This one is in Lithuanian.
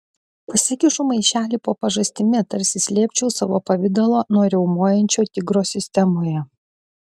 pasikišu maišelį po pažastimi tarsi slėpčiau savo pavidalą nuo riaumojančio tigro sistemoje